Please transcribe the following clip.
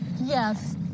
yes